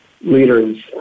leaders